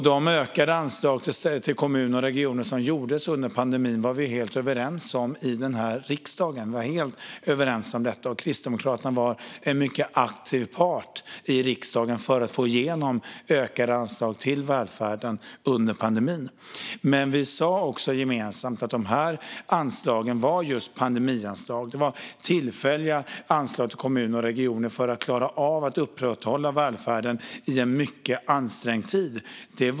De ökade anslag till kommuner och regioner som gavs under pandemin var vi helt överens om i riksdagen, och Kristdemokraterna var en mycket aktiv part här för att få igenom ökade anslag till välfärden under pandemin. Men vi sa också gemensamt att anslagen var just pandemianslag. De var tillfälliga anslag till kommuner och regioner för att klara av att upprätthålla välfärden i en mycket ansträngd tid.